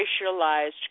racialized